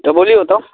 तऽ बोलिऔ तऽ